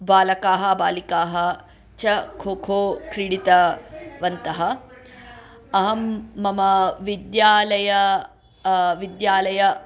बालकाः बालिकाः च खोखो क्रीडितवन्तः अहं मम विद्यालये विद्यालये